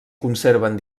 conserven